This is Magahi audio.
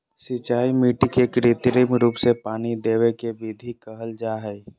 सिंचाई मिट्टी के कृत्रिम रूप से पानी देवय के विधि के कहल जा हई